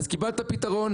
אז קיבלת פתרון,